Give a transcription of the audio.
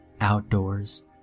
outdoors